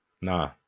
nah